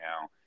now